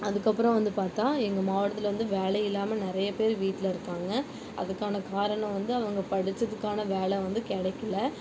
அதுக்கு அப்பறம் வந்து பார்த்தா எங்கள் மாவட்டத்தில் வந்து வேலை இல்லாமல் நிறைய பேர் வீட்டில் இருக்காங்க அதுக்கான காரணம் வந்து அவங்க படித்ததுக்கான வேலை வந்து கிடைக்கில